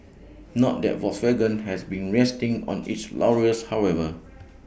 not that Volkswagen has been resting on its laurels however